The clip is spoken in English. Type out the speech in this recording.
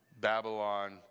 Babylon